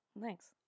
thanks